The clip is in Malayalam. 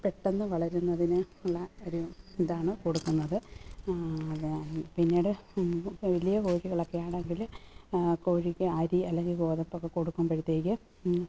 പെട്ടെന്ന് വളരുന്നതിന് ഉള്ള ഒരു ഇതാണ് കൊടുക്കുന്നത് അത് പിന്നീട് വലിയ കോഴികളൊക്കെ ആണെങ്കിൽ കോഴിക്ക് അരി അല്ലെങ്കിൽ ഗോതമ്പൊക്കെ കൊടുക്കുമ്പോഴത്തേക്ക്